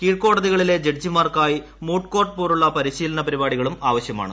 കീഴ്കോടതികളിലെ ജഡ്ജിമാർക്കായി moot court പോലുള്ള പരിശീലനം പരിപാടികളും ആവശ്യമാണ്